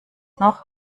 noch